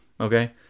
Okay